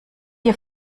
ihr